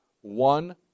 one